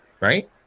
Right